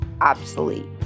obsolete